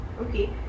okay